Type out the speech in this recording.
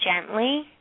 gently